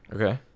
Okay